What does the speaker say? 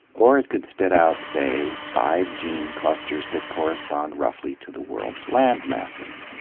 or it could spit out, say, five gene clusters that correspond roughly to the world's land masses.